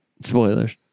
Spoilers